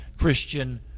Christian